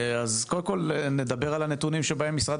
אז קודם כל נדבר על הנתונים שבהם משרד